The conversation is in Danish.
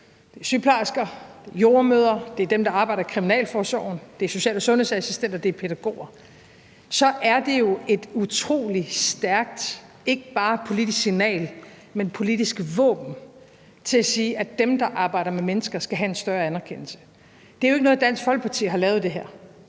det er sygeplejersker, det er jordemødre, det er dem, der arbejder i kriminalforsorgen, det er social- og sundhedsassistenter, det er pædagoger – så er det jo et utrolig stærkt ikke bare politisk signal, men politisk våben til at sige, at dem, der arbejder med mennesker, skal have en større anerkendelse. Det her er jo ikke noget, Dansk Folkeparti har lavet. Det er